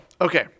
okay